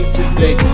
today